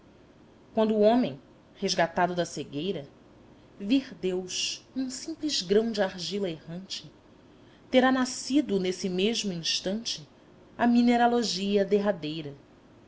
quando o homem resgatado da cegueira vir deus num simples grão de argila errante terá nascido nesse mesmo instante a mineralogia derradeira